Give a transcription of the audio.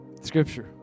Scripture